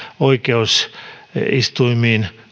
oikeusistuimiin